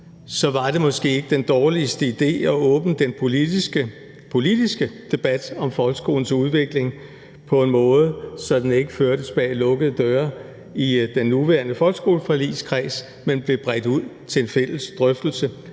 så var det måske ikke den dårligste idé at åbne den politiske debat om folkeskolens udvikling på en måde, så den ikke førtes bag lukkede døre i den nuværende folkeskoleforligskreds, men blev bredt ud til en fælles drøftelse